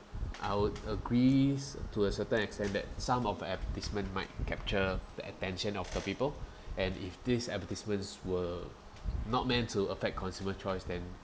I would agrees to a certain extent that some of the advertisement might capture the attention of the people and if these advertisements were not meant to affect consumer choice then